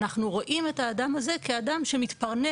אנחנו רואים את האדם הזה כאדם שמתפרנס